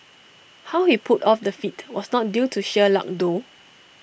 how he pulled off the feat was not due to sheer luck though